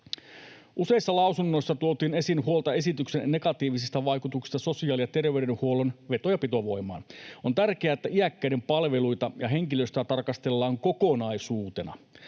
Useissa lausunnoissa tuotiin esiin huolta esityksen negatiivisista vaikutuksista sosiaali- ja terveydenhuollon veto- ja pitovoimaan. On tärkeää, että iäkkäiden palveluita ja henkilöstöä tarkastellaan kokonaisuutena.